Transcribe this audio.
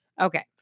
Okay